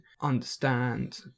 understand